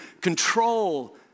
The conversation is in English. control